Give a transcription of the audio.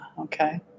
okay